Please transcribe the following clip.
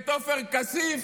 את עופר כסיף